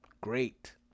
great